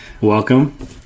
Welcome